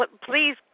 please